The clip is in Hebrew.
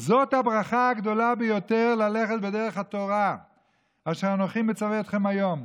זאת הברכה הגדולה ביותר: ללכת בדרך התורה "אשר אנכי מצוה אתכם היום".